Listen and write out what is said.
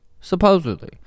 Supposedly